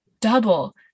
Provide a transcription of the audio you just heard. double